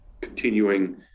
continuing